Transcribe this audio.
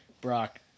Brock